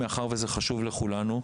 מאחר וזה חשוב לכולנו,